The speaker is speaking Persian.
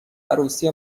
عروسی